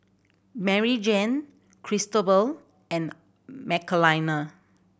Maryjane Cristobal and Michelina